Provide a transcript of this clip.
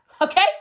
Okay